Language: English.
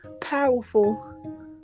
powerful